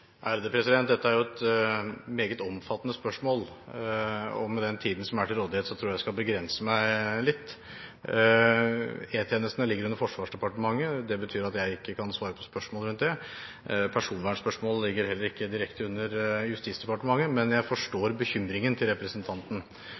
jo et meget omfattende spørsmål, og med den tiden som er til rådighet, tror jeg at jeg skal begrense meg litt. E-tjenesten ligger under Forsvarsdepartementet. Det betyr at jeg ikke kan svare på spørsmål rundt det. Personvernspørsmål ligger heller ikke direkte under Justisdepartementet, men jeg